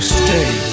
stay